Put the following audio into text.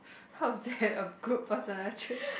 how is that a good personal trait